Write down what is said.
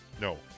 No